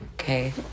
Okay